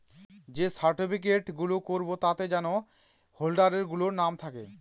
যে সার্টিফিকেট গুলো করাবে তাতে যেন হোল্ডার গুলোর নাম থাকে